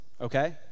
okay